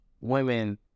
women